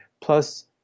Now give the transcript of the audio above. plus